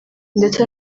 ndetse